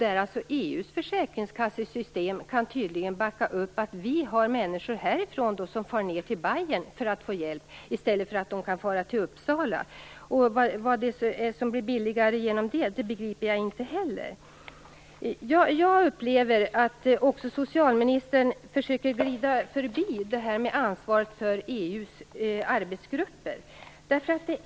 EU:s försäkringskassesystem kan tydligen backa upp att vi har människor härifrån som far ned till Bayern för att få hjälp där i stället för att fara till Uppsala. Vad det är som blir billigare genom det begriper jag inte heller. Jag upplever att också socialministern försöker vrida sig förbi ansvaret för EU:s arbetsgrupper.